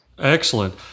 Excellent